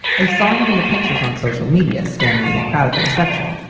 i saw him in the pictures on social media, standing in the crowd at the reception.